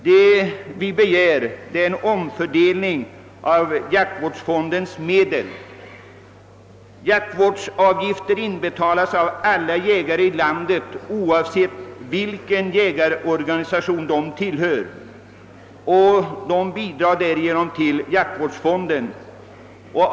Vad vi begär är en omfördelning av jaktvårdsfondens medel. Jaktvårdsavgift inbetalas av alla jägare i landet oavsett vilken jägarorganisation de tillhör, och de bidrar därigenom till jaktvårdsfonden.